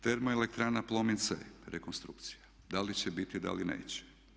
Termoelektrana Plomin C rekonstrukcija da li će biti, da li neće.